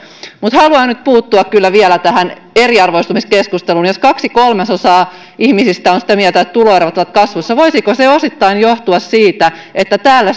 mutta haluan nyt puuttua kyllä vielä tähän eriarvoistumiskeskusteluun jos kaksi kolmasosaa ihmisistä on sitä mieltä että tuloerot ovat kasvussa niin voisiko se osittain johtua siitä että täällä